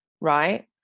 right